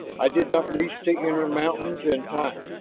i did not reach the inner mountains in time.